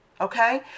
Okay